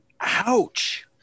Ouch